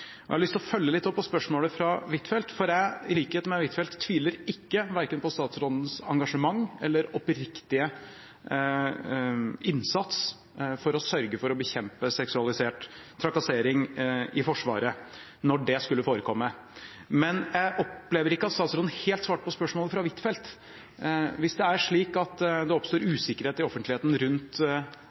Jeg har lyst til å følge litt opp spørsmålet fra Huitfeldt. I likhet med Huitfeldt tviler jeg verken på statsrådens engasjement eller oppriktige innsats for å sørge for å bekjempe seksualisert trakassering i Forsvaret, når det skulle forekomme. Men jeg opplevde ikke at statsråden helt svarte på spørsmålet fra Huitfeldt. Hvis det er slik at det oppstår usikkerhet i offentligheten rundt